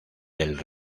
del